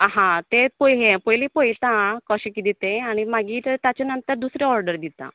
आहा तें पळय ह्यें पयली पळयेता आं कशें किदें तें आनी मागी ताच्या नंतर दुसरें ऑर्डर दिता